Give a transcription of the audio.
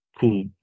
cool